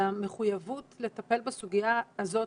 למחויבות לטפל בסוגיה הזאת